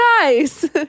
Nice